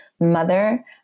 mother